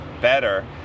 better